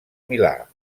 milà